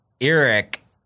Eric